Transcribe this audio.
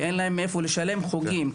כי אין להם מאיפה לשלם חוגים,